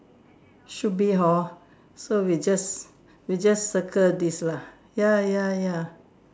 should be hor so we just we just circle this lah ya ya ya